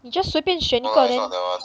你 just 随便选一个 then